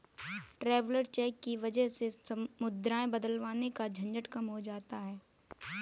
traveller cheque की वजह से मुद्राएं बदलवाने का झंझट कम हो जाता है